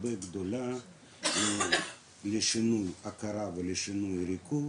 הרבה יותר גדולה לשינוי הכרה ולשינוי תודעה,